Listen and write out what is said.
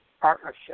Partnership